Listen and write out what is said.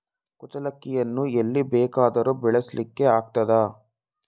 ಕುಚ್ಚಲಕ್ಕಿಯನ್ನು ಎಲ್ಲಿ ಬೇಕಾದರೂ ಬೆಳೆಸ್ಲಿಕ್ಕೆ ಆಗ್ತದ?